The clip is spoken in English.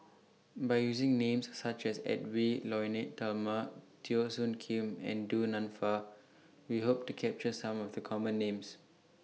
By using Names such as Edwy Lyonet Talma Teo Soon Kim and Du Nanfa We Hope to capture Some of The Common Names